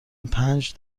پنج